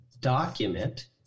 document